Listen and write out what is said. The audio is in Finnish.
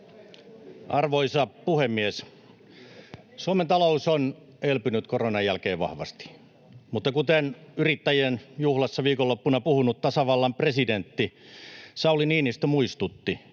Arvoisa puhemies! Suomen talous on elpynyt koronan jälkeen vahvasti, mutta kuten yrittäjien juhlassa viikonloppuna puhunut tasavallan presidentti Sauli Niinistö muistutti,